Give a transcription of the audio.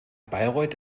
bayreuth